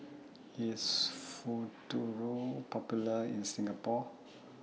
IS Futuro Popular in Singapore